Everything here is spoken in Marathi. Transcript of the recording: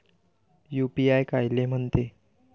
यू.पी.आय कायले म्हनते?